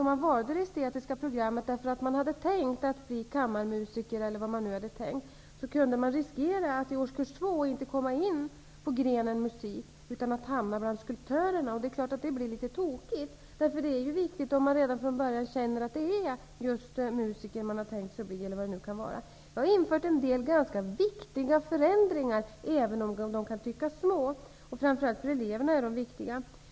Om man valde det estetiska programmet därför att man hade tänkt att bli t.ex. kammarmusiker, kunde man riskera att i årskurs 2 inte komma in på grenen musik utan hamna bland skulptörerna. Det blev naturligtvis litet tokigt. Om man redan från början känner att det just är musiker man vill bli är det viktigt att kunna fortsätta. Vi har infört en del ganska viktiga förändringar, även om de kan tyckas vara små, men framför allt för eleverna är de viktiga.